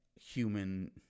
human